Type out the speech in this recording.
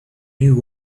knew